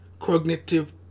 cognitive